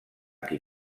qui